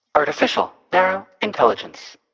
artificial narrow intelligence.